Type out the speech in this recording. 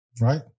right